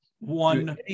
One